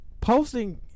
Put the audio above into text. Posting